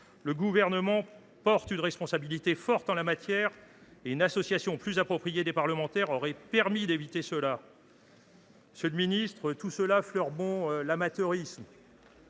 le Gouvernement porte une responsabilité forte en la matière ; une association plus appropriée des parlementaires aurait permis d’éviter cet écueil. Monsieur le ministre, tout cela fleure bon l’amateurisme.